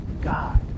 God